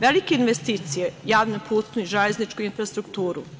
Velike investicije, javnu putnu i železničku infrastrukturu.